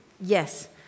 Yes